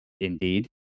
indeed